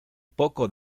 poco